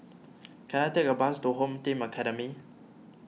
can I take a bus to Home Team Academy